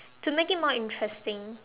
to make it more interesting